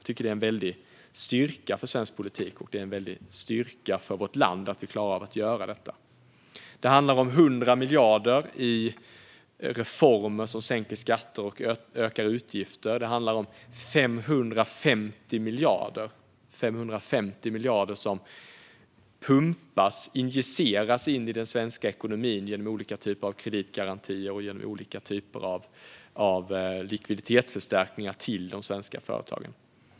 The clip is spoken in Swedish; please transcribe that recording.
Det är en styrka för svensk politik och vårt land att vi klarar av att göra detta. Det handlar om att satsa 100 miljarder i reformer som sänker skatter och ökar utgifter. Det handlar om 550 miljarder som pumpas, injiceras, in i den svenska ekonomin genom olika typer av kreditgarantier och likviditetsförstärkningar till de svenska företagen.